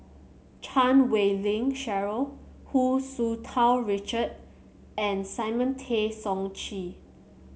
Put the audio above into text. Chan Wei Ling Cheryl Hu Tsu Tau Richard and Simon Tay Seong Chee